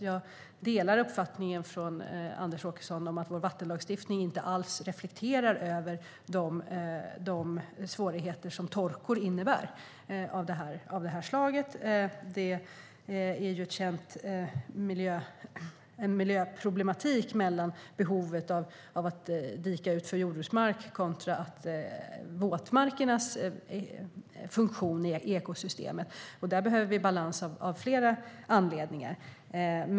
Jag delar Anders Åkessons uppfattning att vår vattenlagstiftning inte alls reflekterar de svårigheter som torkor av det här slaget innebär. Det är en känd miljöproblematik där behovet av att dika ut för jordbruksmark står mot våtmarkernas funktion i ekosystemet. Där behöver vi balans av flera anledningar.